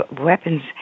weapons